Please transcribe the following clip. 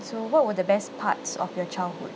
so what were the best parts of your childhood